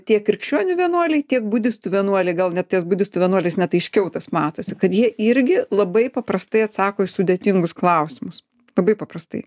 tiek krikščionių vienuoliai tiek budistų vienuoliai gal net budistų vienuoliais net aiškiau tas matosi kad jie irgi labai paprastai atsako į sudėtingus klausimus labai paprastai